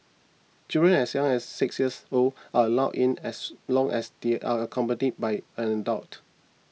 children as young as six years old are allowed in as long as they are accompanied by an adult